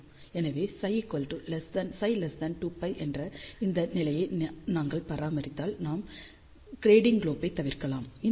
எனவே ψ2π என்ற இந்த நிலையை நாங்கள் பராமரித்தால் நாம் க்ரெடிங்க் லோப்களைத் தவிர்க்கலாம்